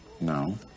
No